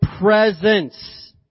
presence